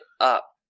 up